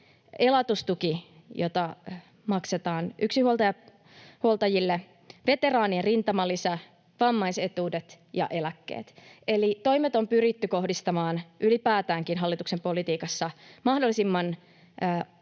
elatustuki, jota maksetaan yksinhuoltajille, veteraanien rintamalisä, vammaisetuudet ja eläkkeet. Eli toimet on pyritty kohdistamaan ylipäätäänkin hallituksen politiikassa mahdollisimman